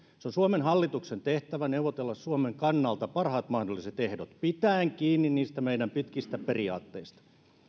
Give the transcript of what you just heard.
on suomen hallituksen tehtävä neuvotella suomen kannalta parhaat mahdolliset ehdot pitäen kiinni niistä meidän pitkistä periaatteista